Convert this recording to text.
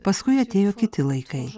paskui atėjo kiti laikai